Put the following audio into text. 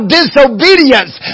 disobedience